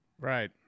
Right